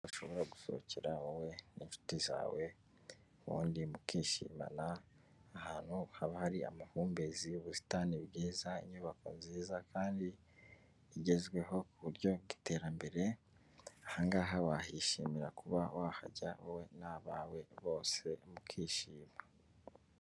Ushobora gusohokera wowe n'inshuti zawe, ubundi mukishimana, ahantu haba hari amahumbezi, ubusitani bwiza, inyubako nziza kandi igezweho, ku buryo bw'iterambere, aha ngaha wahishimira, kuba wahajya wowe n'abawe bose mukishima.